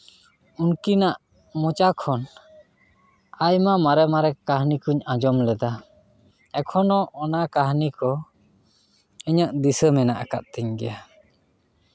ᱩᱱᱠᱤᱱᱟᱜ ᱢᱚᱪᱟ ᱠᱷᱚᱱ ᱟᱭᱢᱟ ᱢᱟᱨᱮ ᱢᱟᱨᱮ ᱠᱟᱹᱦᱱᱤ ᱠᱚᱧ ᱟᱸᱡᱚᱢ ᱞᱮᱫᱟ ᱮᱠᱷᱚᱱᱚ ᱚᱱᱟ ᱠᱟᱹᱦᱱᱤ ᱠᱚ ᱤᱧᱟᱹᱜ ᱫᱤᱥᱟᱹ ᱢᱮᱱᱟᱜ ᱠᱟᱜ ᱛᱤᱧ ᱜᱮᱭᱟ